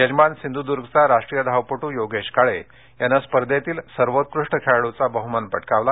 यजमान सिंधुर्द्गचा राष्ट्रीय धावपट्र योगेश काळे यान स्पर्धेतील सर्वोत्कृष्ट खेळाडूचा बहुमान पटकावला